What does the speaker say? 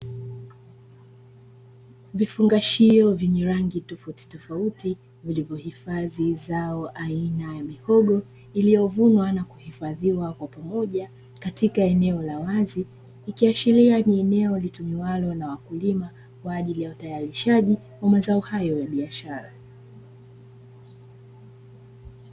Vifungashio vyenye rangi tofauti tofauti vilivohifadhi zao aina ya mihogo, iliyovunwa na kuhifadhiwa kwa pamoja katika eneo la wazi, ikiashiria ni eneo litumiwalo na wakulima kwa ajili ya utayarishaji wa mazao hayo ya biashara.